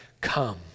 come